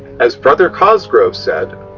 as brother cosgrove said,